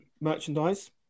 merchandise